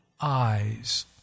eyes